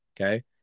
okay